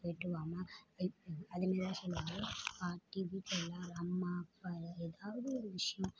போய்விட்டு வாமா அதே மாரி தான் சொல்லுவாங்க பாட்டி வீட்டில் எல்லாம் அம்மா அப்பா எதாவது ஒரு விஷயம்